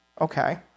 Okay